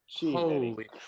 Holy –